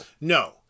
No